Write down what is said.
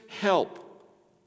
help